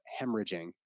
hemorrhaging